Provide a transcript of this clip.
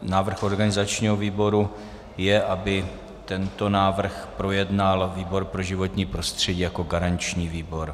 Návrh organizačního výboru je, aby tento návrh projednal výbor pro životní prostředí jako garanční výbor.